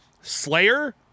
Slayer